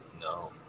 no